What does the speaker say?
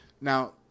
Now